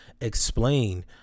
explain